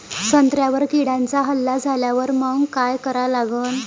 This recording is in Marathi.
संत्र्यावर किड्यांचा हल्ला झाल्यावर मंग काय करा लागन?